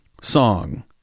song